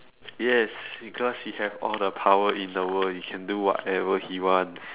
yes because he have all the power in the world he can do whatever he wants